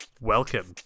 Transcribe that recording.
Welcome